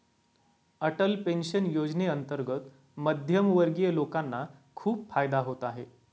Atal pension योजनेअंतर्गत मध्यमवर्गीय लोकांना खूप फायदा होत आहे